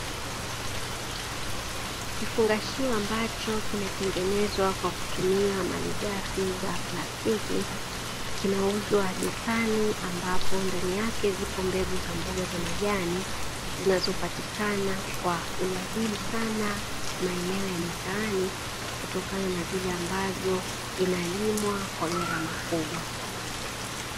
Kifungashio ambacho kimetengenezwa kwa kutumia malighafi za plastiki, kinauzwa dukani ambapo ndani yake zipo mbegu za mboga za majani, zinazopatikana kwa uadimu sana maeneo ya mitaani, kutokana na vile ambavyo inalimwa kwa gharama kubwa.